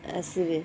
ଆସିବେ